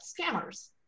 scammers